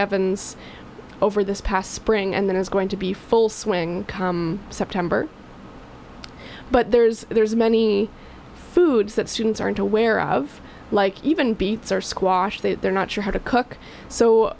evans over this past spring and that is going to be full swing come september but there's there's many foods that students aren't aware of like even beets or squash that they're not sure how to cook so